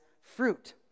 fruit